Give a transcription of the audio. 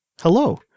Hello